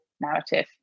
narrative